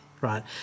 right